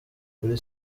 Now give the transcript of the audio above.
kuri